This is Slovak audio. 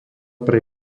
pre